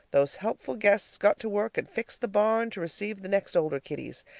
those helpful guests got to work and fixed the barn to receive the next older kiddies.